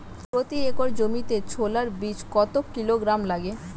প্রতি একর জমিতে ছোলা বীজ কত কিলোগ্রাম লাগে?